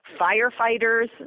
firefighters